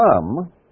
come